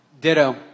Ditto